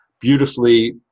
beautifully